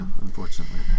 unfortunately